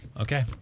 Okay